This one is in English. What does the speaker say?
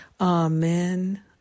Amen